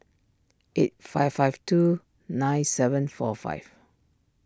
eight five five two nine seven four five